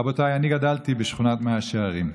רבותיי, אני גדלתי בשכונת מאה שערים,